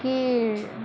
கீழ்